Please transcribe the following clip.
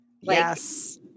Yes